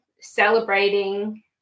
celebrating